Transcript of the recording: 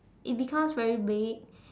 it becomes very big